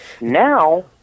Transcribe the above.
Now